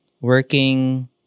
working